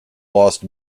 lost